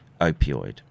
opioid